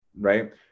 Right